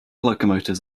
locomotives